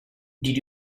did